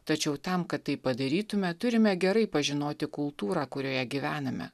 tačiau tam kad tai padarytume turime gerai pažinoti kultūrą kurioje gyvename